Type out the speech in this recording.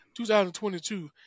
2022